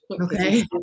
Okay